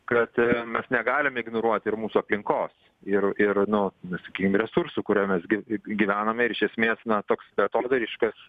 kad mes negalim ignoruoti ir mūsų aplinkos ir ir nu nu sakykim resursų kuriomis gi gyvename ir iš esmės na toks beatodairiškas